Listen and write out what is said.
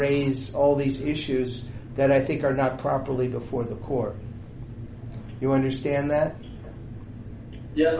raise all these issues that i think are not properly before the court you understand that ye